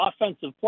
offensive